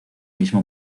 mismo